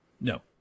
No